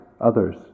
others